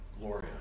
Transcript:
Gloria